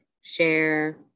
share